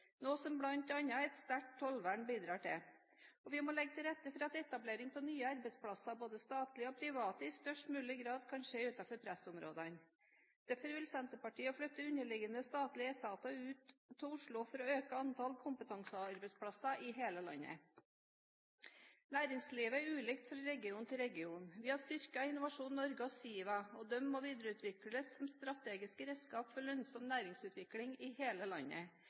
noe som bl.a. et sterkt tollvern bidrar til, og vi må legge til rette for at etablering av nye arbeidsplasser, både statlige og private, i størst mulig grad kan skje utenfor pressområdene. Derfor vil Senterpartiet flytte underliggende statlige etater ut av Oslo for å øke antall kompetansearbeidsplasser i hele landet. Næringslivet er ulikt fra region til region. Vi har styrket Innovasjon Norge og SIVA, og de må videreutvikles som strategiske redskap for lønnsom næringsutvikling i hele landet.